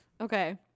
okay